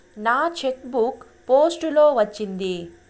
నా cheque book post లో వచ్చింది